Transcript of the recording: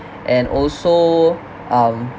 and also um